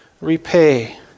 repay